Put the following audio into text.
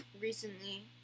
Recently